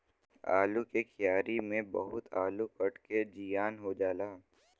आलू के क्यारी में बहुते आलू कट के जियान हो जाला